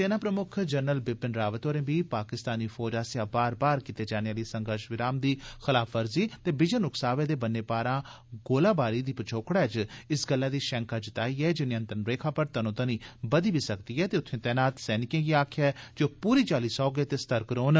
सेना प्रमुक्ख जनरल बिपिन रावत होरें बी पाकिस्तानी फौज आस्सेआ बार बार कीते जाने आली संघर्ष विराम दी खलाफवर्जी ते बिजन उकसावे दे बन्ने पारां गोलाबारी दी पछोकड़ै च इस गल्लै दी शैंका जताई ऐ जे नियंत्रण रेखा पर तनोतनी बधी बी सकदी ऐ ते उत्थें तैनात सैनिकें गी आक्खेआ ऐ जे ओ पूरी चाल्ली सैह्गे ते सतर्क रौह्न